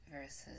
versus